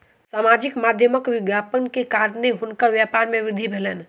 सामाजिक माध्यमक विज्ञापन के कारणेँ हुनकर व्यापार में वृद्धि भेलैन